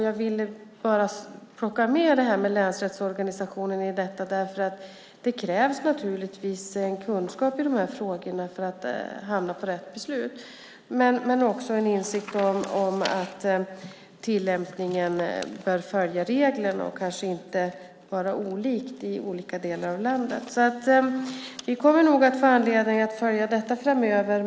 Jag vill plocka med länsrättsorganisationen i detta därför att det naturligtvis krävs en kunskap i de här frågorna, för att kunna hamna på rätt beslut, men också en insikt om att tillämpningen bör följa reglerna och inte vara olika i olika delar av landet. Vi kommer nog att få anledning att följa detta framöver.